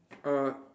uh